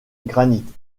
granite